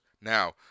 Now